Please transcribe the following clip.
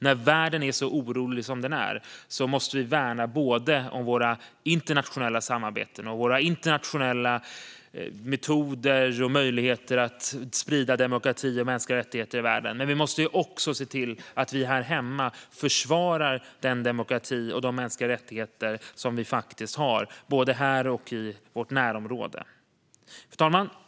När världen är så orolig som den är måste vi värna om våra internationella samarbeten och våra internationella metoder och möjligheter att sprida demokrati och mänskliga rättigheter i världen, men vi måste också se till att här hemma försvara den demokrati och de mänskliga rättigheter som vi faktiskt har, både här och i vårt närområde. Fru talman!